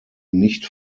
nicht